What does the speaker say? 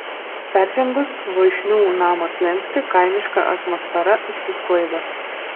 peržengus voišnių namo slenkstį kaimiška atmosfera išsisklaido